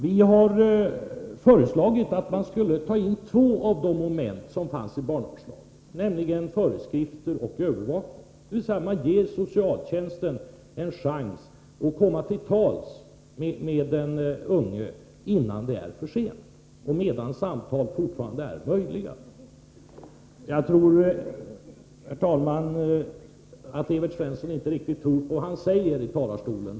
Vi har föreslagit att man skulle ta in två av de moment som fanns i barnavårdslagen, nämligen föreskrifter och övervakning. Det innebär att man ger socialtjänsten en chans att komma till tals med den unge innan det är för sent och medan samtal fortfarande är möjliga. Jag uppfattar saken så, herr talman, att Evert Svensson inte riktigt tror på vad han säger i talarstolen.